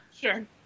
sure